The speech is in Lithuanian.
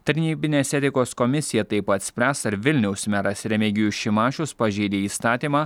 tarnybinės etikos komisija taip pat spręs ar vilniaus meras remigijus šimašius pažeidė įstatymą